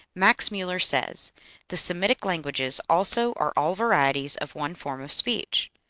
max muller says the semitic languages also are all varieties of one form of speech.